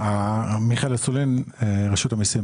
רשות המיסים.